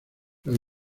los